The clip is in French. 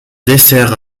dessert